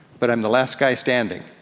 but i'm the last guy standing,